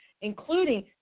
including